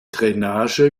drainage